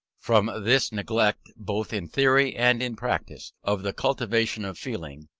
from this neglect both in theory and in practice of the cultivation of feeling,